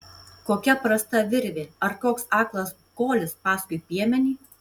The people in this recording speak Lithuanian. kokia prasta virvė ar koks aklas kolis paskui piemenį